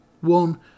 One